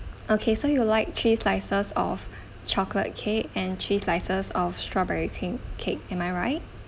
okay so you like three slices of chocolate cake and three slices of strawberry cream cake am I right